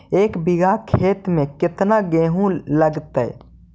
एक बिघा खेत में केतना गेहूं लगतै?